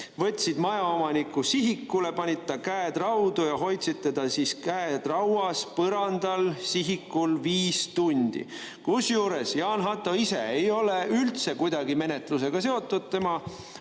võtsid majaomaniku sihikule, panid ta käed raudu ja hoidsid teda, käed raudus, põrandal sihikul viis tundi. Kusjuures Jaan Hatto ise ei ole üldse kuidagi menetlusega seotud, tema